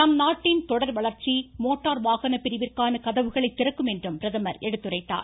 நம்நாட்டின் தொடர்வளர்ச்சி மோட்டார் வாகன பிரிவிற்கான கதவுகளை திறக்கும் என்றும் பிரதமர் எடுத்துரைத்தார்